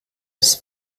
ist